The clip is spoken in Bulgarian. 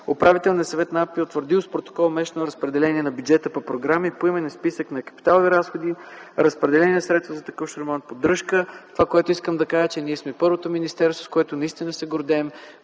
Управителният съвет на АПИ е утвърдил с протокол месечно разпределение на бюджета по програми и поименен списък на капиталовите разходи, разпределение на средствата за текущ ремонт и поддръжка. Искам да кажа, че ние сме първото министерство и с това наистина се гордеем,